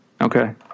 okay